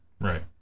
Right